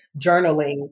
journaling